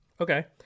Okay